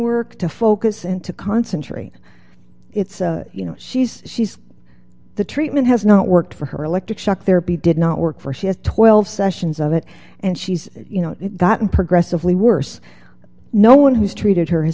work to focus and to concentrate it's you know she's she's the treatment has not worked for her electric shock therapy did not work for she had twelve sessions of it and she's you know gotten progressively worse no one who's treated her